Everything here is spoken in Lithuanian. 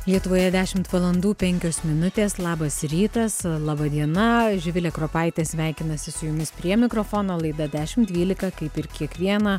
lietuvoje dešimt valandų penkios minutės labas rytas laba diena živilė kropaitė sveikinasi su jumis prie mikrofono laida dešimt dvylika kaip ir kiekvieną